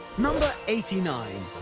number eighty nine.